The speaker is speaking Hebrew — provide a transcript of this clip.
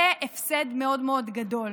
זה הפסד מאוד מאוד גדול.